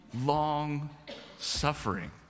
long-suffering